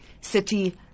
city